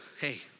Hey